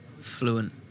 fluent